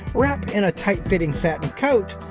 wrap in a tight-fitting satin coat.